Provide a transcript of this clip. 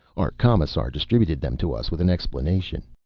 our commissar distributed them to us with an explanation.